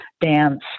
dance